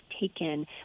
taken